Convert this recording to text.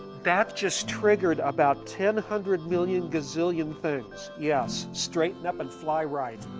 that just triggered about ten hundred million gazillion things yes, straighten up and fly right